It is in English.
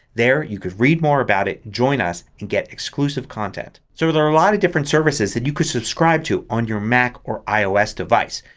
there you can read more about it, join us and get exclusive content. so there are a lot of different services that you could subscribe to on your mac or ios device.